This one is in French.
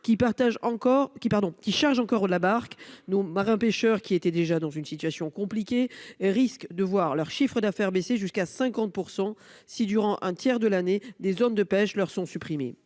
qui charge encore la barque nous marins-pêcheurs qui était déjà dans une situation compliquée et risque de voir leur chiffre d'affaires baisser jusqu'à 50% si durant un tiers de l'année des zones de pêche leur sont supprimés